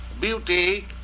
beauty